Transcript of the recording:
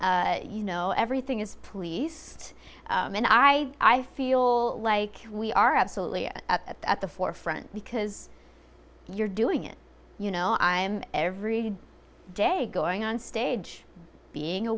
you know everything is police and i i feel like we are absolutely at the forefront because you're doing it you know i'm every day going on stage being a